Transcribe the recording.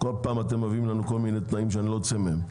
כל פעם אתם מביאים לנו כל מיני תנאים שאני לא יוצא מהם.